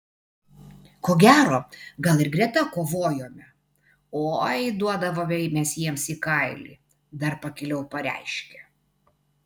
ko gero gal ir greta kovojome oi duodavome mes jiems į kailį dar pakiliau pareiškė